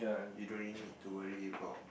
you don't really need to worry about